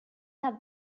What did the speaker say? have